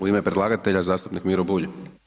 U ime predlagatelja zastupnik Miro Bulj.